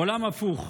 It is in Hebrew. עולם הפוך.